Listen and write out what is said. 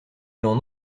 l’on